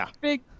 big